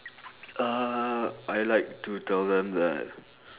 uh I like to tell them that